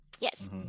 Yes